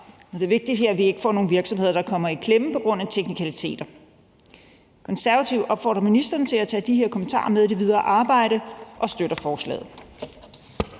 Det er vigtigt her, at vi ikke får nogen virksomheder, der kommer i klemme på grund af teknikaliteter. Konservative opfordrer ministeren til at tage de her kommentarer med i det videre arbejde og støtter forslaget.